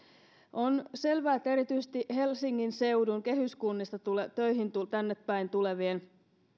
on selvää että erityisesti helsingin seudun kehyskunnista tännepäin töihin tulevien